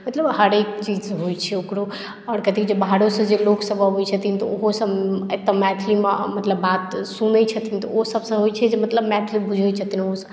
मतलब हरेक चीज होइत छै ओकरो आओर कतेक जे बाहरोसँ लोकसभ अबैत छथिन तऽ ओहोसभ एक तऽ मैथिलीमे मतलब बात सुनैत छथिन तऽ ओहि सभसँ होइत छै जे मतलब मैथिली बुझैत छथिन ओहोसभ